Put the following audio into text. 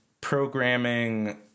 programming